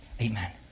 Amen